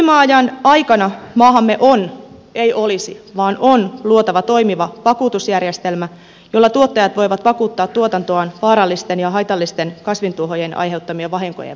siirtymäajan aikana maahamme on ei olisi vaan on luotava toimiva vakuutusjärjestelmä jolla tuottajat voivat vakuuttaa tuotantoaan vaarallisten ja haitallisten kasvintuhoojien aiheuttamien vahinkojen varalta